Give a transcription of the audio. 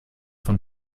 von